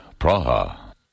Praha